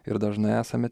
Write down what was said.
ir dažnai esame